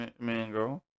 mango